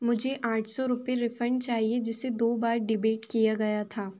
मुझे आठ सौ रुपये रिफंड चाहिए जिसे दो बार डेबिट किया गया था